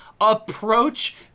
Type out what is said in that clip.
approach